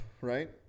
right